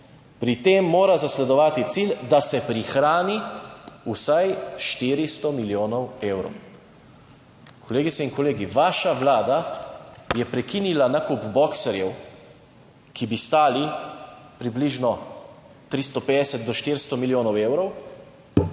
Pri tem mora zasledovati cilj, da se prihrani vsaj 400 milijonov evrov." Kolegice in kolegi, vaša Vlada je prekinila nakup Boxerjev, ki bi stali približno 350 do 400 milijonov evrov,